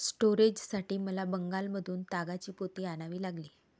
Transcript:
स्टोरेजसाठी मला बंगालमधून तागाची पोती आणावी लागली